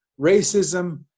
racism